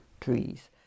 trees